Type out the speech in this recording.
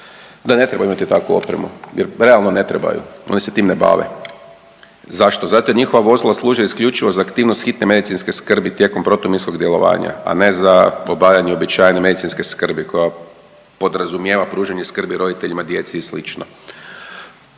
da ne trebaju imati takvu opremu, jer realno ne trebaju. Oni se tim ne bave. Zašto? Zato jer njihova vozila služe isključivo za aktivnost hitne medicinske skrbi tijekom protuminskog djelovanja, a ne za obavljanje uobičajene medicinske skrbi koja podrazumijeva pružanje skrbi roditeljima, djeci i